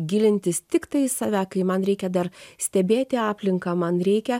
gilintis tiktai į save kai man reikia dar stebėti aplinką man reikia